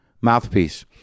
mouthpiece